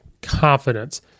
confidence